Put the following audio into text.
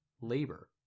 labor